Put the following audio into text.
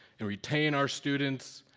and retain our students,